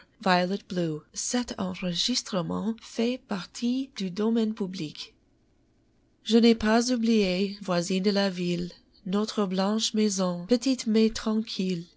je n'ai pas oublié voisine de la ville notre blanche maison petite mais tranquille